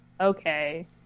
Okay